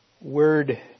word